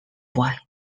white